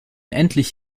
endlich